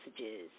messages